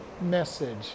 message